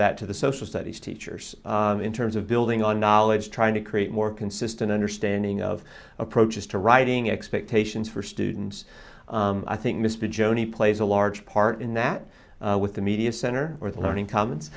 that to the social studies teachers in terms of building on knowledge trying to create more consistent understanding of approaches to writing expectations for students i think mr joni plays a large part in that with the media center or the learning commons